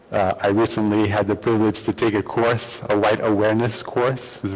i recently had the privilege to take a course, a white awareness course,